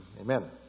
Amen